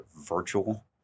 virtual